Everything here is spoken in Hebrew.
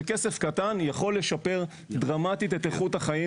זה כסף קטן שיכול לשפר דרמטית את איכות החיים